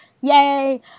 Yay